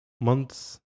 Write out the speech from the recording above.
months